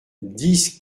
dix